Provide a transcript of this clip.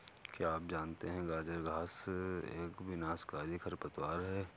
क्या आप जानते है गाजर घास एक विनाशकारी खरपतवार है?